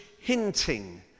hinting